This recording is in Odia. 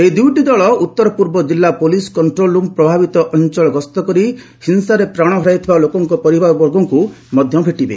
ଏହି ଦୁଇଟି ଦଳ ଉତ୍ତରପୂର୍ବ ଜିଲ୍ଲା ପୋଲିସ କଙ୍କ୍ରୋଲରୁମ ପ୍ରଭାବିତ ଅଞ୍ଚଳ ଗସ୍ତ କରି ଏହି ହିଂସାରେ ପ୍ରାଣ ହରାଇଥିବା ଲୋକଙ୍କ ପରିବାରବର୍ଗଙ୍କୁ ମଧ୍ୟ ଭେଟିବେ